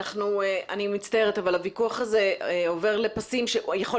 אני מצטערת אבל הוויכוח הזה עובר לפסים שיכול